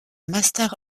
master